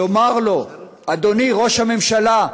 לומר לו: אדוני ראש הממשלה,